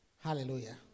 Hallelujah